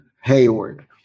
Hayward